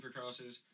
Supercrosses